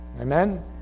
Amen